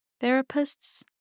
Therapists